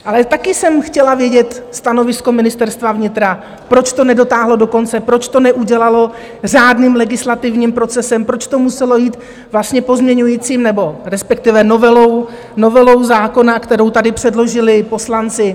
Ale taky jsem chtěla vědět stanovisko Ministerstva vnitra, proč to nedotáhlo do konce, proč to neudělalo řádným legislativním procesem, proč to muselo jít pozměňujícím, respektive novelou zákona, kterou tady předložili poslanci.